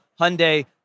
Hyundai